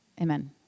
Amen